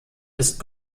ist